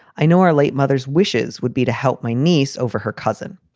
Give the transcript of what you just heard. i know our late mother's wishes would be to help my niece over her cousin.